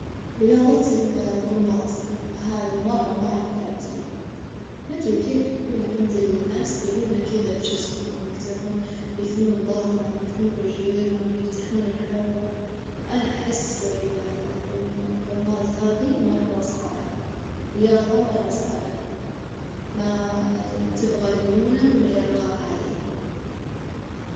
رياظة الجمباز هذي مرة ما أعرف أؤديها، ما أدري كيف يكون عند الناس ليونة كدة بجسمهم يجدرون يثنون ظهرهم يثنون رجليهم يفتحون الحوظ، أنا أحس ال الجمباز هذي مرة صعبة رساظة مرة صعبة، ما تبغى ليونة ولياقة عالية.